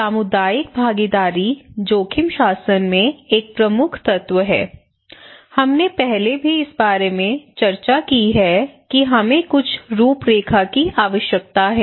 सामुदायिक भागीदारी जोखिम शासन में एक प्रमुख तत्व है हमने पहले भी इस बारे में चर्चा की है कि हमें कुछ रूपरेखा की आवश्यकता है